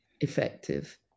effective